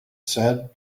said